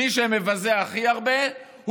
מי שמבזה הכי הרבה,